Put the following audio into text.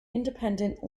independent